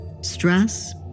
stress